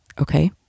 okay